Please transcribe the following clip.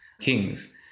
kings